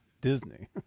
Disney